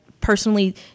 personally